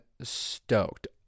stoked